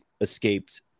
escaped